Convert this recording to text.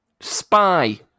Spy